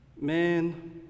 man